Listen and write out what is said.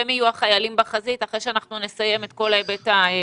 הם יהיו החיילים בחזית אחרי שאנחנו נסיים את כל ההיבט הרפואי.